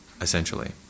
essentially